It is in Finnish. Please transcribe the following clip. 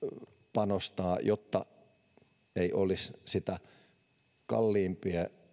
panostaa jotta ei olisi sitä kalliimpaa